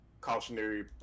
cautionary